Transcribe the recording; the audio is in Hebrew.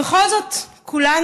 ובכל זאת כולנו,